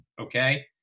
Okay